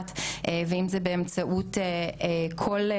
תחילת העבודה שלנו על הנושא הזה היתה באמת,